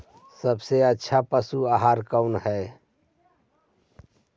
सबसे अच्छा पशु आहार कौन है?